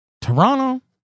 Toronto